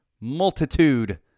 Multitude